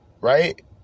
right